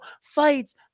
fights